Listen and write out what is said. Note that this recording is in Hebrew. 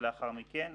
ולאחר מכן,